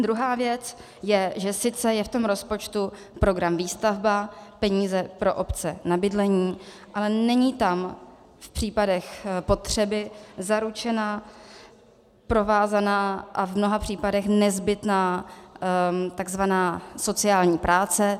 Druhá věc je, že sice je v tom rozpočtu program Výstavba, peníze pro obce na bydlení, ale není tam v případech potřeby zaručena provázaná a v mnoha případech nezbytná takzvaná sociální práce.